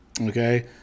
okay